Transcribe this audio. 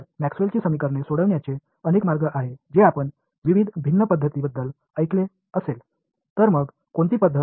எனவே மேக்ஸ்வெல்லின் Maxwell's சமன்பாடுகளை தீர்க்க பல வழிகள் உள்ளன அந்த பல்வேறு முறைகளைப் பற்றி நீங்கள் கேள்விப்பட்டிருப்பீர்கள்